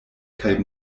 kaj